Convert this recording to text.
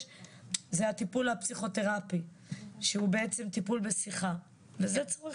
זה הטיפול הפסיכותרפי שהוא בעצם טיפול בשיחה וזה צריך